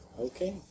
Okay